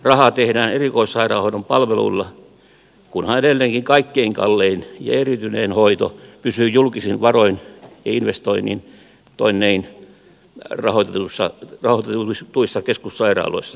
rahaa tehdään erikoissairaanhoidon palveluilla kunhan edelleenkin kaikkein kallein ja erityinen hoito pysyy julkisin varoin ja investoinnein rahoitetuissa keskussairaaloissa